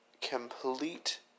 complete